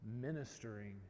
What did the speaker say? ministering